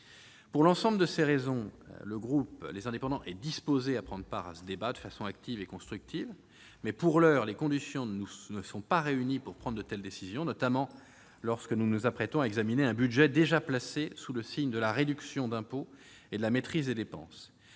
seulement un débat fiscal. Le groupe Les Indépendants est disposé à prendre part à ce débat, de façon active et constructive. Mais, pour l'heure, les conditions ne sont pas réunies pour prendre de telles décisions, sachant notamment que nous nous apprêtons à examiner un budget déjà placé sous le signe de la réduction d'impôts et de la maîtrise des dépenses.